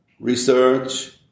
research